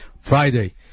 Friday